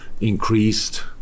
increased